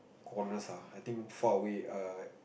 corners ah I think far away err